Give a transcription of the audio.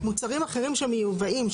מוצרים אחרים שמיובאים,